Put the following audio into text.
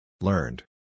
Learned